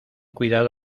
cuidado